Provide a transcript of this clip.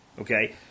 Okay